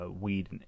weed